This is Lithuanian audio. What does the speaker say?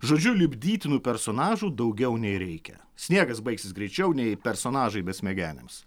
žodžiu lipdytinų personažų daugiau nei reikia sniegas baigsis greičiau nei personažai besmegeniams